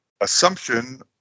assumption